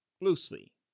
loosely